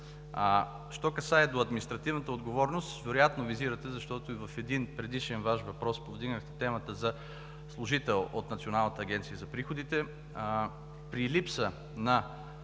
се касае до административната отговорност, вероятно визирате, защото и в един предишен Ваш въпрос повдигнахте темата за служител от Националната агенция за приходите, при липса на